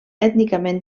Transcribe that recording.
ètnicament